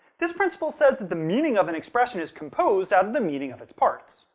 this principle says that the meaning of an expression is composed out of the meaning of its parts.